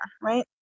right